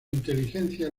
inteligencia